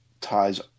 ties